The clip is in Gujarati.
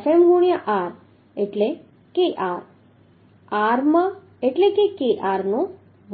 Fm ગુણ્યાં r એટલે kr ગુણ્યાં r એટલે કે k r નો વર્ગ